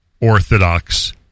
orthodox